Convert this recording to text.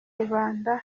rubanda